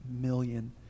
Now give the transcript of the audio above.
million